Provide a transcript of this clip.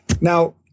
Now